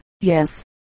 Yes